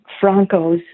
Franco's